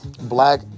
black